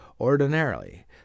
Ordinarily